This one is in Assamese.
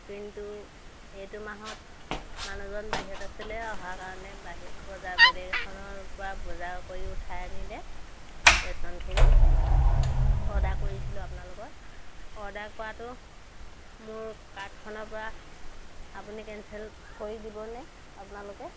কিন্তু এইটো মাহত মানুহজন বাহিৰত আছিলে অহা কাৰণে বাহিৰত বজাৰ বেলেগ এখনৰপৰা বজাৰ কৰি উঠাই আনিলে ৰেচনখিনি অৰ্ডাৰ কৰিছিলোঁ আপোনালোকৰ অৰ্ডাৰ কৰাটো মোৰ কাৰ্ডখনৰপৰা আপুনি কেঞ্চেল কৰি দিবনে আপোনালোকে